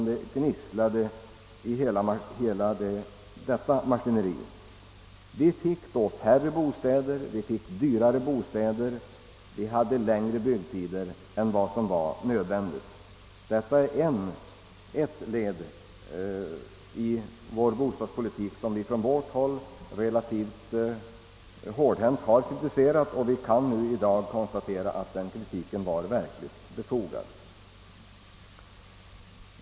Det gnisslade i hela bostadsbyggnadsmaskineriet. Vi fick då färre bostäder, vi fick dyrare bostäder och vi hade längre byggtider än som var nödvändigt. Detta var ett förhållande i vår bostadspolitik som vi från vårt håll har kritiserat relativt hårdhänt. Vi kan i dag konstatera att den kritiken verkligen var befogad.